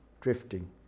drifting